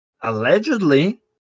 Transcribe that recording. allegedly